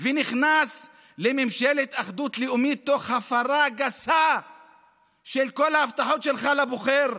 ונכנס לממשלת אחדות לאומית תוך הפרה גסה של כל ההבטחות שלך לבוחר,